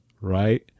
right